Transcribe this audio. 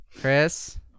Chris